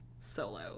solo